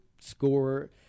score